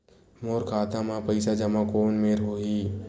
मोर खाता मा पईसा जमा कोन मेर होही?